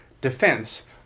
defense